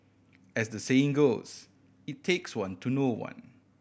as the saying goes it takes one to know one